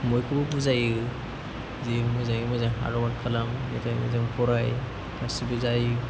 बयखौबो बुजायो जे मोजाङै मोजां हार्दवर्क खालाम ओमफ्राय मोजां फराय गासिबो जायो